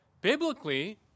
biblically